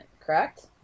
correct